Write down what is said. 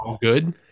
good